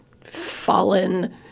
fallen